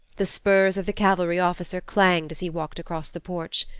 the spurs of the cavalry officer clanged as he walked across the porch.